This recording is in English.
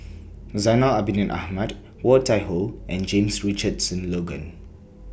Zainal Abidin Ahmad Woon Tai Ho and James Richardson Logan